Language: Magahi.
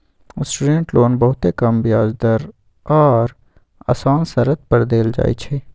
स्टूडेंट लोन बहुते कम ब्याज दर आऽ असान शरत पर देल जाइ छइ